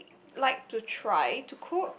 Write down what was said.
like to try to cook